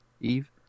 Eve